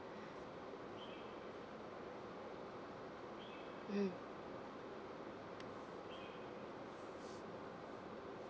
mm